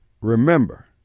Remember